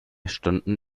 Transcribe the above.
stunden